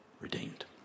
redeemed